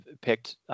picked